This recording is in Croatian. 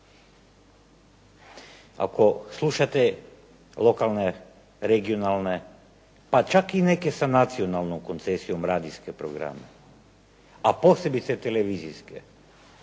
Ako slušate lokalne, regionalne, pa čak i neke sa nacionalnom koncesijom radijske programe, a posebice televizijske,